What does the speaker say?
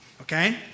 Okay